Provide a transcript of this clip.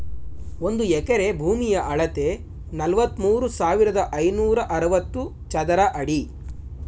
ಒಂದು ಎಕರೆ ಭೂಮಿಯ ಅಳತೆ ನಲವತ್ಮೂರು ಸಾವಿರದ ಐನೂರ ಅರವತ್ತು ಚದರ ಅಡಿ